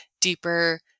deeper